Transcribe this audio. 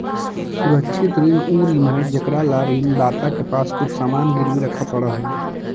सुरक्षित ऋण उ ऋण हइ जेकरा ला ऋण दाता के पास कुछ सामान गिरवी रखे पड़ऽ हइ